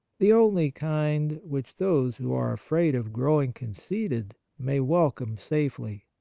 the only kind which those who are afraid of growing conceited may welcome safely.